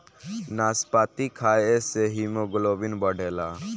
नाशपाती खाए से हिमोग्लोबिन बढ़ेला